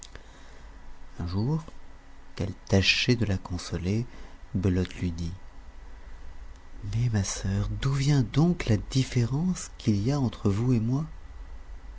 un jour qu'elle tâchait de la consoler belote lui dit mais ma sœur d'où vient donc la différence qu'il y a entre vous et moi